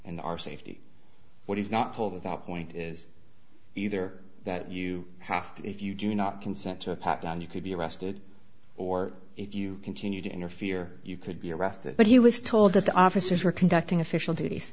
and our safety what is not told at that point is either that you have if you do not consent to a pat down you could be arrested or if you continue to interfere you could be arrested but he was told that the officers were conducting official duties